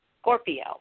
Scorpio